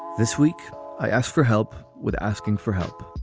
this week i asked for help with asking for help